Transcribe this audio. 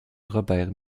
robert